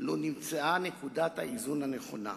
לו נמצאה נקודת האיזון הנכונה.